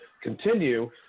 continue